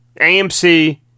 AMC